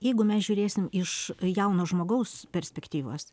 jeigu mes žiūrėsim iš jauno žmogaus perspektyvos